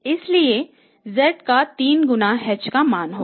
इसलिए z का 3 गुना h का मान होगा